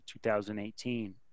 2018